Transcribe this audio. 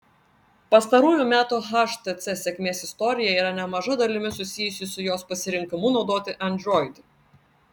pastarųjų metų htc sėkmės istorija yra nemaža dalimi susijusi su jos pasirinkimu naudoti android